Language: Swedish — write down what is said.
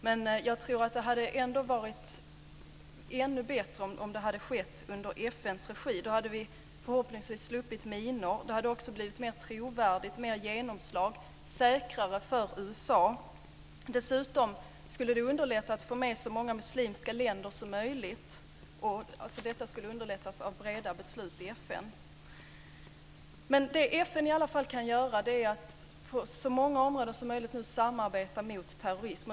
Men jag tror ändå att det hade varit ännu bättre om detta skett i FN:s regi. Då hade vi förhoppningsvis sluppit minor. Det hade också blivit mer trovärdigt och fått mer genomslag. Det hade blivit säkrare för USA. Dessutom skulle breda beslut i FN ha underlättat att få med så många muslimska länder som möjligt. Det FN i alla fall kan göra är att på så många områden som möjligt nu samarbeta mot terrorism.